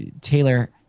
Taylor